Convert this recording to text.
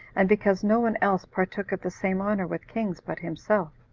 and because no one else partook of the same honor with kings but himself